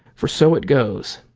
for so it goes.